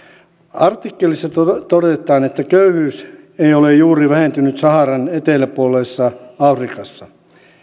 artikkelissa todetaan että köyhyys ei ole juuri vähentynyt saharan eteläpuolisessa afrikassa